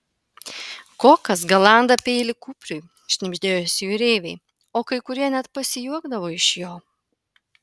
kokas galanda peilį kupriui šnibždėjosi jūreiviai o kai kurie net pasijuokdavo iš jo